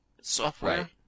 software